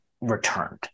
returned